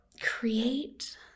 create